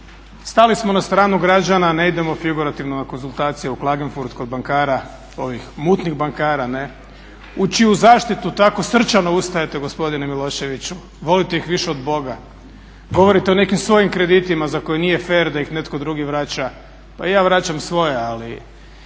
stali smo na stranu građana, ne idemo figurativno na konzultacije u Klagenfurt kod bankara, ovih mutnih bankara, u čiju zaštitu tako srčano ustajete gospodine Miloševiću. Volite ih više od Boga, govorite o nekim svojim kreditima za koje nije fer da ih netko drugi vraća. Pa i ja vraćam svoje, ali